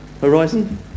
horizon